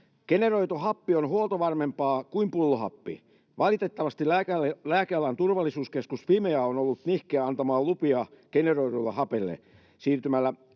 Generoitu happi on huoltovarmempaa kuin pullohappi. Valitettavasti lääkealan turvallisuuskeskus Fimea on ollut nihkeä antamaan lupia generoidulle hapelle. Siirtymällä